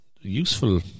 useful